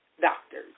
doctors